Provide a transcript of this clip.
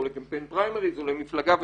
או לקמפיין פריימריז או למפלגה וכדומה.